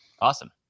Awesome